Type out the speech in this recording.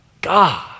God